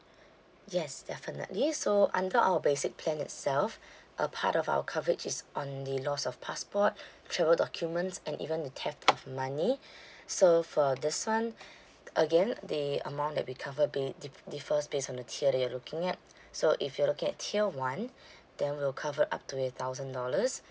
yes definitely so under our basic plan itself a part of our coverage is on the loss of passport travel documents and even the theft of money so for this [one] again the amount that we cover a bit di~ differs based on the tier that you're looking at so if you're looking at tier one then we'll cover up to a thousand dollars